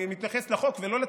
אני מתייחס לחוק ולא לציוץ.